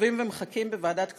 שוכבים ומחכים בוועדת כספים.